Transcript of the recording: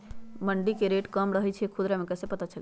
मंडी मे रेट कम रही छई कि खुदरा मे कैसे पता चली?